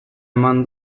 eman